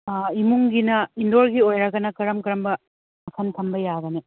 ꯏꯃꯨꯡꯒꯤꯅ ꯏꯟꯗꯣꯔꯒꯤ ꯑꯣꯏꯔꯒꯅ ꯀꯔꯝ ꯀꯔꯝꯕ ꯃꯐꯜ ꯊꯝꯕ ꯌꯥꯒꯅꯤ